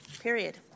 period